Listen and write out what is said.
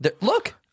Look